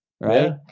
Right